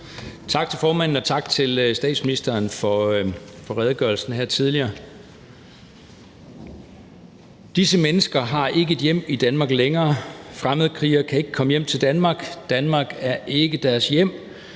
Tak til formanden, og tak til statsministeren for redegørelsen her tidligere. Disse mennesker har ikke et hjem i Danmark længere. Fremmedkrigere kan ikke komme hjem til Danmark. Danmark er ikke deres hjem.